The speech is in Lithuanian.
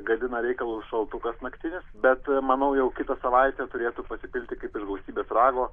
gadina reikalus šaltukas naktinis bet manau jau kitą savaitę turėtų pasipilti kaip iš gausybės rago